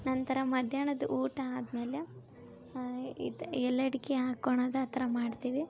ನಂತರ ಮಧ್ಯಾಹ್ನದ ಊಟ ಆದ್ಮೇಲೆ ಇದು ಎಲೆ ಅಡಿಕೆ ಹಾಕೋಳದ ಆ ಥರ ಮಾಡ್ತೀವಿ